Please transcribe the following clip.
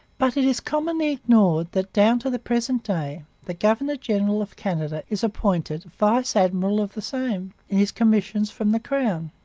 but it is commonly ignored that, down to the present day, the governor-general of canada is appointed vice-admiral of the same in his commissions from the crown.